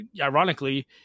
ironically